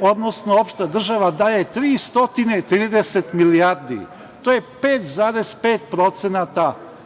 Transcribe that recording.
odnosno država daje 330 milijardi. To je 5,5% BDP.